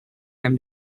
him